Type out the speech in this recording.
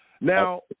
Now